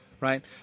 Right